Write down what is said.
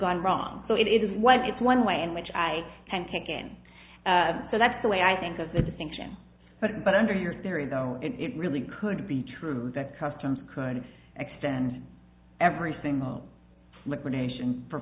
gone wrong so it is what it's one way in which i and kickin so that's the way i think of the distinction but but under your theory though it really could be true that customs could extend every single liquidation for